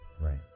Right